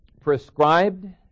prescribed